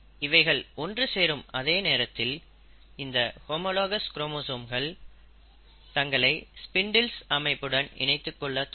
இவைகள் ஒன்று சேரும் அதே நேரத்தில் இந்த ஹோமோலாகஸ் குரோமோசோம்கள் தங்களை ஸ்பிண்டில்ஸ் அமைப்புடன் இணைத்துக்கொள்ள தொடங்கும்